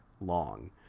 long